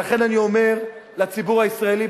ולכן אני אומר לציבור הישראלי,